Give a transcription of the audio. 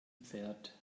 pferd